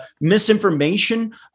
misinformation